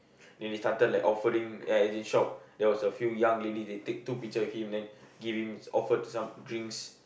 then they started like offering ya it's in shop there was a few young lady they take two picture with him then give him offered some drinks